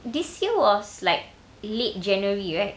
this year was like late january right